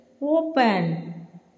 Open